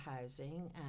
housing